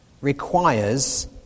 requires